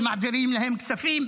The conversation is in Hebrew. ומעבירים להם כספים.